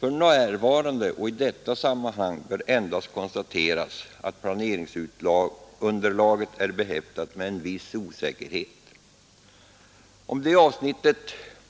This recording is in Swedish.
F.n. och i detta sammanhang bör endast konstateras att planeringsunderlaget är behäftat med viss osäkerhet.” Om detta avsnitt